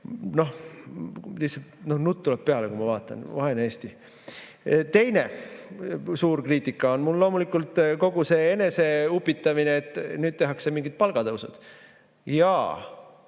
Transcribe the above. – lihtsalt nutt tuleb peale, kui ma vaatan. Vaene Eesti! Teine suur kriitika on mul loomulikult kogu selle eneseupitamise pihta, et nüüd tehakse mingid palgatõusud. Jaa,